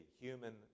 human